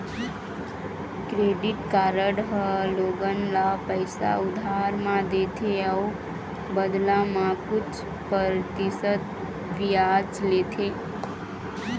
credit card ह लोगन ल पइसा उधार म देथे अउ बदला म कुछ परतिसत बियाज लेथे